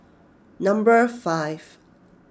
number five